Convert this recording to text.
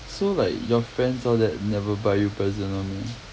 so like your parents all that never buy you present [one] meh